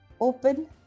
open